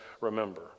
remember